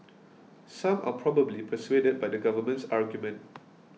some are probably persuaded by the government's argument